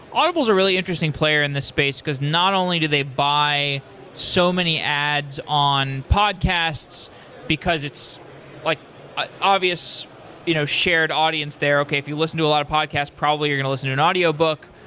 audible is a really interesting player in this space because not only do they buy so many ads on podcasts because it's like ah obvious you know shared audience there. okay, if you listen to a lot of podcast, probably you're going to listen to an audiobook.